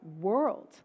world